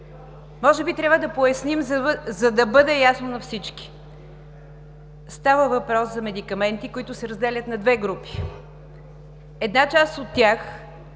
Може би трябва да поясним, за да бъде ясно на всички. Става въпрос за медикаменти, които се разделят на две групи. Една част от тях